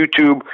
YouTube